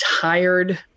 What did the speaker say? tired